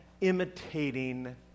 imitating